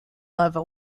lover